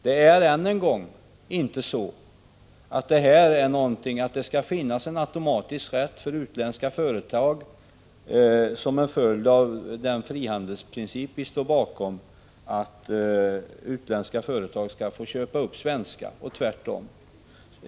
Jag vill än en gång påpeka att det inte som en följd av den frihandelsprincip vi står bakom skall finnas en automatisk rätt för utländska företag att köpa upp svenska och tvärtom.